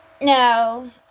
No